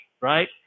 right